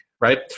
right